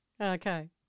Okay